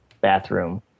bathroom